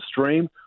stream